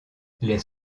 les